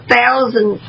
thousand